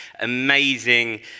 amazing